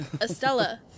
Estella